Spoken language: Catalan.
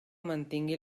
mantingui